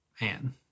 man